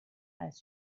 als